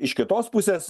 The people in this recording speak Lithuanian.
iš kitos pusės